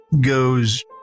goes